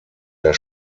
der